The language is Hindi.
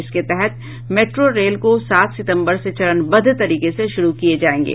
इसके तहत मेट्रो रेल को सात सितंबर से चरणवद्व तरीके से शुरू किये जायेंगे